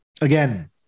again